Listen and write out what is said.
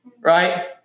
right